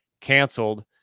canceled